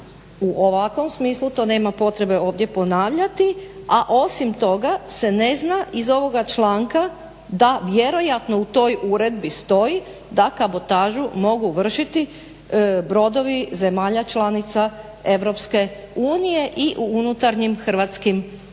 u ovakvom smislu to nema potrebe ovdje ponavljati, a osim toga se ne zna iz ovoga članka da vjerojatno u toj uredbi stoji da kabotažu mogu vršiti brodovi zemalja članica EU i unutarnjim hrvatskim vodama.